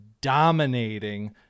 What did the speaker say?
dominating